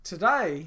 Today